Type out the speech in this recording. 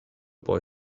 boy